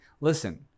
listen